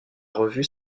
revue